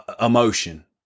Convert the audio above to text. emotion